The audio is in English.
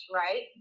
right